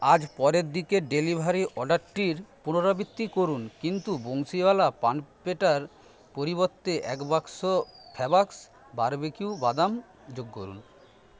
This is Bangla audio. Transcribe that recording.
আজ পরের দিকের ডেলিভারির অর্ডারটির পুনরাবৃত্তি করুন কিন্তু বংশীওয়ালা পান পেঠার পরিবর্তে এক বাক্স ফ্যাবক্স বারবেকিউ বাদাম যোগ করুন